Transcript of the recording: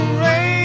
rain